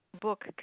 book